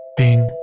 bing,